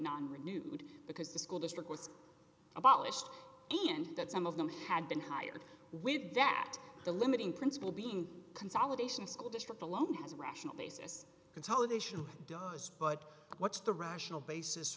none renewed because the school district was abolished and that some of them had been hired with that the limiting principle being consolidation school district alone has a rational basis consolidation does but what's the rational basis